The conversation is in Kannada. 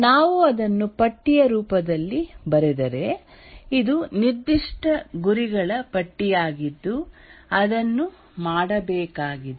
ನಾವು ಅದನ್ನು ಪಟ್ಟಿಯ ರೂಪದಲ್ಲಿ ಬರೆದರೆ ಇದು ನಿರ್ದಿಷ್ಟ ಗುರಿಗಳ ಪಟ್ಟಿಯಾಗಿದ್ದು ಅದನ್ನು ಮಾಡಬೇಕಾಗಿದೆ